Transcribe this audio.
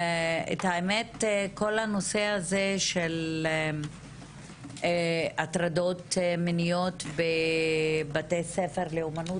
האמת היא שכל הנושא הזה של הטרדות מיניות בבתי ספר לאומנות,